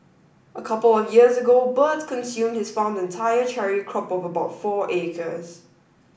a couple of years ago birds consumed his farm's entire cherry crop of about four acres